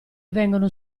vengono